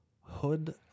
hood